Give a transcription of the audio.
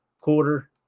quarter